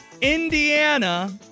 Indiana